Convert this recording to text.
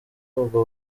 ubwo